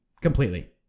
completely